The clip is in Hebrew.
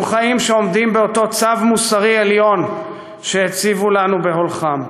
יהיו חיים שעומדים באותו צו מוסרי עליון שהציבו לנו בהולכם.